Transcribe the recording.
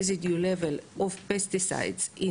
שנה, היא גם מחייבת לעשות את זה.